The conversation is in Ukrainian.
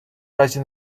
разі